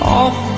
off